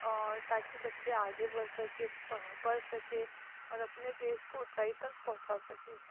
और ताकि बच्चे आगे बढ़ सके पढ़ सके और अपने देश को ऊँचाई तक पहुँचा सके